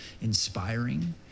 inspiring